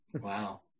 wow